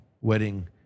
wedding